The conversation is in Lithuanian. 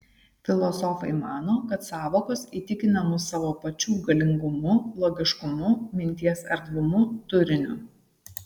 filosofai mano kad sąvokos įtikina mus savo pačių galingumu logiškumu minties erdvumu turiniu